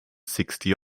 sixty